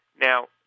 Now